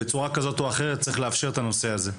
בצורה כזאת או אחרת צריך לאפשר את זה.